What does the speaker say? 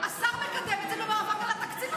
--- השר מקדם את זה במאבק על התקציב.